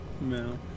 No